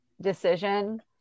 decision